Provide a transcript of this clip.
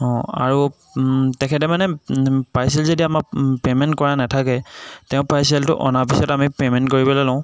অঁ আৰু তেখেতে মানে পাৰ্চেল যদি আমাক পে'মেণ্ট কৰা নাথাকে তেওঁ পাৰ্চেলটো অনা পিছত আমি পে'মেণ্ট কৰিবলৈ লওঁ